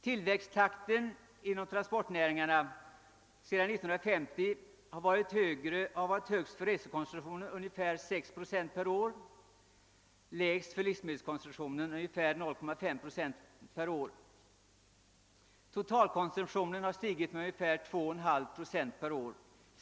Tillväxttakten inom «näringslivet sedan 1950 har varit högst för resekonsumtionen, ungefär 6 procent per år, och lägst för livsmedelskonsumtionen, ungefär 0,5 procent per år. Totalkonsumtionen har stigit med ungefär 2,5 procent per år.